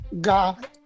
God